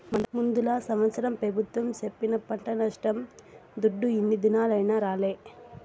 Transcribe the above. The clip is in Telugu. ముందల సంవత్సరం పెబుత్వం సెప్పిన పంట నష్టం దుడ్డు ఇన్ని దినాలైనా రాలే